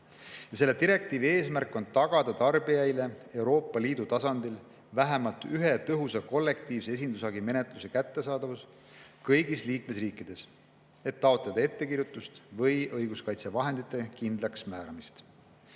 Selle direktiivi eesmärk on tagada tarbijaile Euroopa Liidu tasandil vähemalt ühe tõhusa kollektiivse esindushagi menetluse kättesaadavus kõigis liikmesriikides, et taotleda ettekirjutust või õiguskaitsevahendite kindlaksmääramist. Direktiiviga